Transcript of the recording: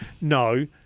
No